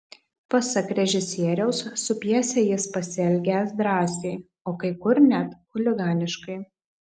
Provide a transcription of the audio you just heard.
pasak režisieriaus su pjese jis pasielgęs drąsiai o kai kur net chuliganiškai